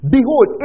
Behold